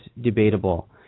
debatable